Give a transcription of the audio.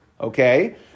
Okay